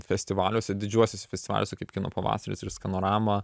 festivaliuose didžiuosiuose festivaliuose kaip kino pavasaris ir skanorama